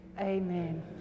Amen